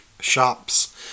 shops